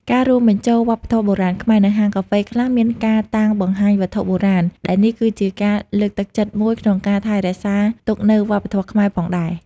ការរួមបញ្ចូលវប្បធម៌បុរាណខ្មែរ នៅហាងកាហ្វេខ្លះមានការតាំងបង្ហាញវត្ថុបុរាណ ដែលនេះគឺជាការលើកទឹកចិត្តមួយក្នុងការថែរក្សាទុកនៅវប្បធម៌ខ្មែរផងដែរ។